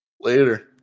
Later